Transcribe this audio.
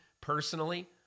personally